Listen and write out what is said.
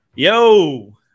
Yo